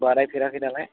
बानायफेराखै नालाय